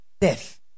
death